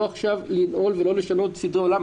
לא עכשיו לנעול ולא לשנות סדרי עולם,